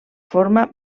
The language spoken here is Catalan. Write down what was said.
forma